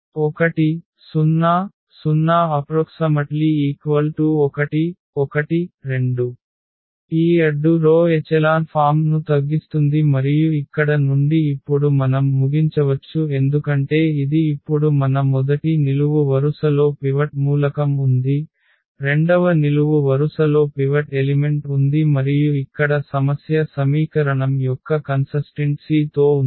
1 0 0 1 1 2 ఈ అడ్డు row echelon form ను తగ్గిస్తుంది మరియు ఇక్కడ నుండి ఇప్పుడు మనం ముగించవచ్చు ఎందుకంటే ఇది ఇప్పుడు మన మొదటి నిలువు వరుసలో పివట్ మూలకం ఉంది రెండవ నిలువు వరుస లో పివట్ ఎలిమెంట్ ఉంది మరియు ఇక్కడ సమస్య సమీకరణం యొక్క కన్సిటెన్ట్సి తో ఉంది